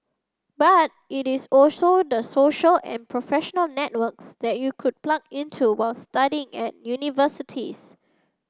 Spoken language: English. but it is also the social and professional networks that you could plug into while studying at universities